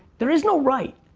there is no right.